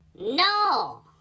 No